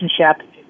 relationship